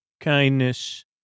kindness